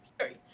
Sorry